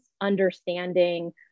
understanding